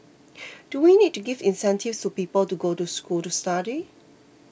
do we need to give incentives to people to go to school to study